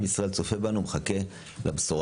עם ישראל צופה בנו ומחכה לבשורה.